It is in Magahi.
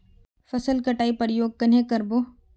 फसल कटाई प्रयोग कन्हे कर बो?